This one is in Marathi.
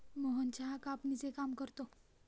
मोहन चहा कापणीचे काम करतो